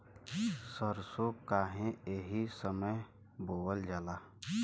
सरसो काहे एही समय बोवल जाला?